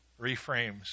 reframes